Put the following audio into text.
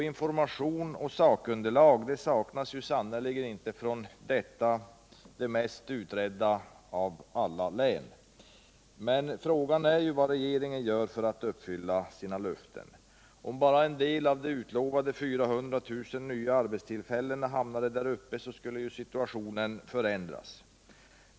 Information och sakunderlag saknas ju sannerligen inte från detta det mest utredda av alla län. Men frågan är vad regeringen gör för att uppfylla sina löften. Om bara en del av de utlovade 400 000 nya arbetstillfällena hamnade där uppe skulle situationen förändras.